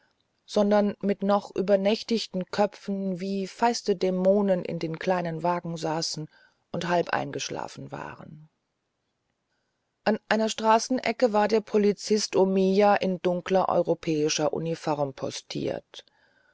sondern mit noch übernächtigen köpfen wie feiste dämonen in den kleinen wagen saßen und halb eingeschlafen waren an einer straßenecke war der polizist omiya in dunkler europäischer uniform postiert